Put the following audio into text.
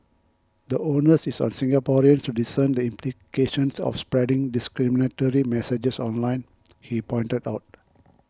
the Onus is on Singaporeans to discern the implications of spreading discriminatory messages online he pointed out